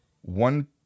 one